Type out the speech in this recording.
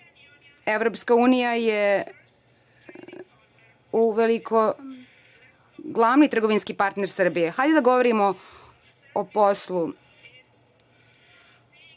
Evropska Unija je uveliko glavni trgovinski partner Srbije. Hajde da govorimo o poslu.